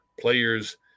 players